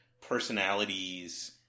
personalities